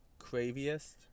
Craviest